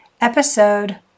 Episode